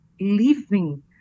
living